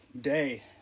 day